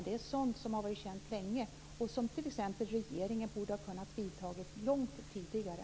Det är sådana åtgärder som har varit kända länge och som t.ex. regeringen borde ha kunnat vidta långt tidigare.